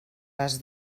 les